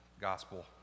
Gospel